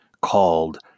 called